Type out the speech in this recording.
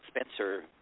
Spencer